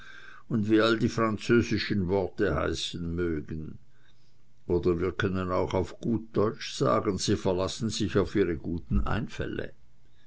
und wie all die französischen worte heißen mögen oder wir können auch auf gut deutsch sagen sie verlassen sich auf ihre guten einfälle